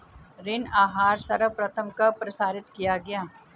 ऋण आहार सर्वप्रथम कब प्रसारित किया गया?